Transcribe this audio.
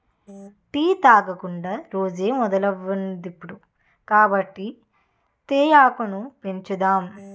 tea తాగకుండా రోజే మొదలవదిప్పుడు కాబట్టి తేయాకును పెంచుదాం